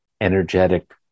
energetic